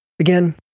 Again